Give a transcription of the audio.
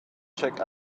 check